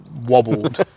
wobbled